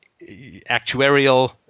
actuarial